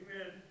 Amen